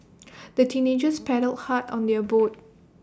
the teenagers paddled hard on their boat